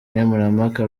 nkemurampaka